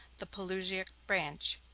the pelusiac branch.